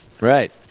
Right